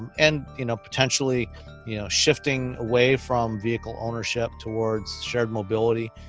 and you know potentially yeah shifting away from vehicle ownership towards shared mobility.